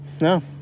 no